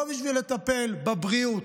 לא בשביל לטפל בבריאות,